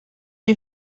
you